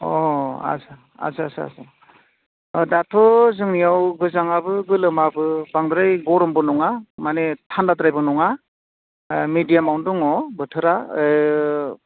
अ आच्चा आच्चा दाथ' जोंनियाव गोजाङाबो गोलोमाबो बांद्राय गरमबो नङा माने थानदाद्रायबो नङा मिडियामावनो दङ बोथोरा